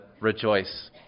rejoice